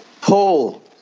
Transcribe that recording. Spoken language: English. paul